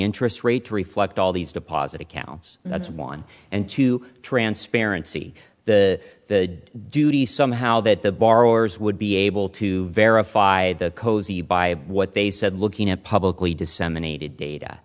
interest rate to reflect all these deposit accounts that's one and two transparency the duty somehow that the borrowers would be able to verify the cosey by what they said looking at publicly disseminated data